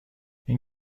این